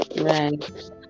right